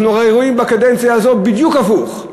אנחנו רואים בקדנציה הזאת בדיוק הפוך: